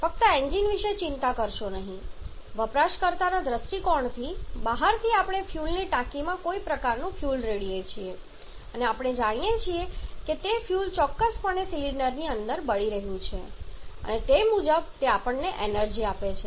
ફક્ત એન્જિન વિશે ચિંતા કરશો નહીં વપરાશકર્તાના દૃષ્ટિકોણથી બહારથી આપણે ફ્યુઅલની ટાંકીમાં કોઈ પ્રકારનું ફ્યુઅલ રેડીએ છીએ અને આપણે જાણીએ છીએ કે તે ફ્યુઅલ ચોક્કસપણે સિલિન્ડરની અંદર બળી રહ્યું છે અને તે મુજબ તે આપણને એનર્જી આપે છે